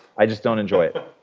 i just don't enjoy it.